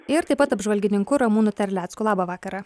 ir taip pat apžvalgininku ramūnu terlecku labą vakarą